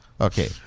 Okay